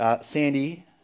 Sandy